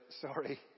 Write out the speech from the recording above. Sorry